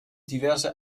diverse